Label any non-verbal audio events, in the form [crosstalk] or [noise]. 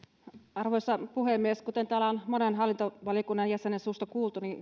arvoisa puhemies kuten täällä on monen hallintovaliokunnan jäsenen suusta kuultu niin [unintelligible]